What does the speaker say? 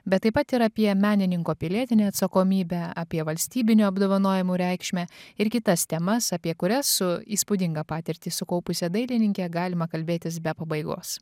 bet taip pat ir apie menininko pilietinę atsakomybę apie valstybinių apdovanojimų reikšmę ir kitas temas apie kurias su įspūdingą patirtį sukaupusią dailininke galima kalbėtis be pabaigos